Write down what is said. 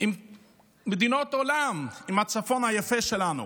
עם מדינות העולם עם הצפון היפה שלנו,